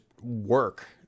work